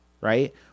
right